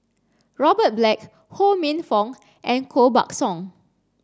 Robert Black Ho Minfong and Koh Buck Song